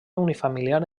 unifamiliar